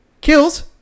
kills